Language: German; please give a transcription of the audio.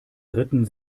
ritten